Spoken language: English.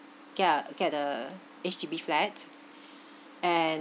get a get the H_D_B flats and